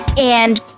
and